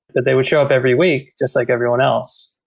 that they would show up every week just like everyone else,